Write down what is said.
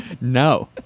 No